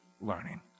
learning